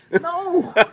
No